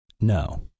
no